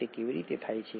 તે કેવી રીતે થાય છે